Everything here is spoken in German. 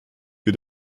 für